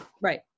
Right